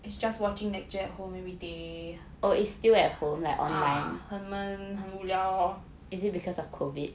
it's just watching lecture at home every day uh 很闷很无聊 lor